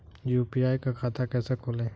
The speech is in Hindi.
यू.पी.आई का खाता कैसे खोलें?